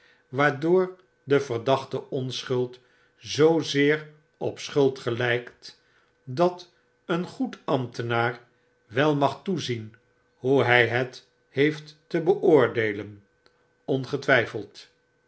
waardoor de verdachte onschuld zoozeer op schuld gelykt dat een goed ambtenaar wel mag toezien hoe hy het heeft te beoordeelen ongetwyfeld